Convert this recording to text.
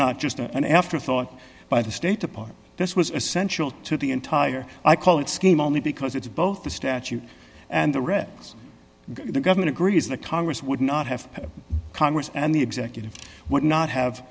not just an afterthought by the state apart this was essential to the entire i call it scheme only because it's both the statute and the reds the government agrees the congress would not have congress and the executive what not have